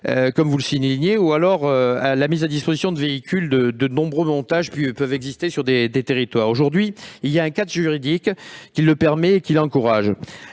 comme vous le soulignez, ou sur la mise à disposition de véhicules. De nombreux montages peuvent exister sur les territoires. Aujourd'hui, il y a un cadre juridique qui le permet et l'encourage.